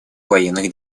военных